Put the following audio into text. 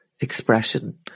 expression